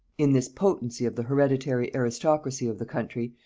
in this potency of the hereditary aristocracy of the country,